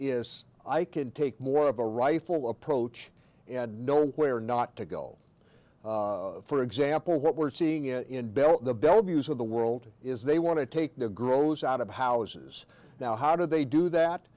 is i can take more of a rifle approach and know where not to go for example what we're seeing it in bell the bellevue's of the world is they want to take the grows out of houses now how do they do that